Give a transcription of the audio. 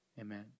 Amen